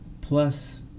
plus